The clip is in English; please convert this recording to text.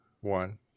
one